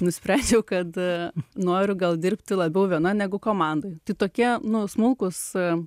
nusprendžiau kad noriu gal dirbti labiau viena negu komandoj tai tokie nu smulkūs